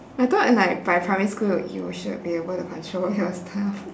I thought in like by primary school he or she would be able to control your stuff